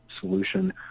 solution